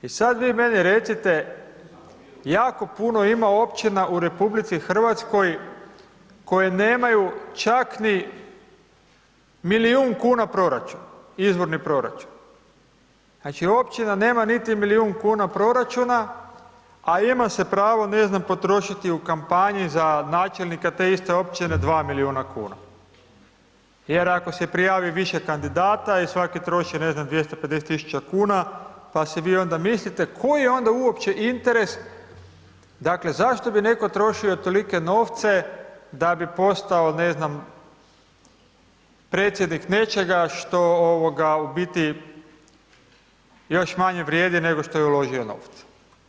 I sad vi meni recite, jako puno ima Općina u Republici Hrvatskoj koje nemaju čak ni milijun kuna proračun, izvorni proračun, znači Općina nema niti milijun kuna proračuna, a ima se pravo, ne znam potrošiti u kampanji za načelnika te iste Općine 2 milijuna kuna, jer ako se prijavi više kandidata, i svaki troši, ne znam, 250 tisuća kuna, pa si vi onda mislite koji je onda uopće interes, dakle zašto bi netko trošio tolike novce da bi postao, ne znam, predsjednik nečega, što ovoga, u biti još manje vrijedi nego što je uložio novaca?